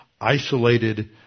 isolated